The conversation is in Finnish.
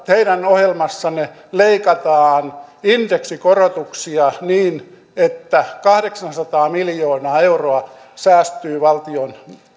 teidän ohjelmassanne leikataan indeksikorotuksia niin että kahdeksansataa miljoonaa euroa säästyy valtion